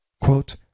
Quote